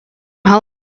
how